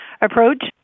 approach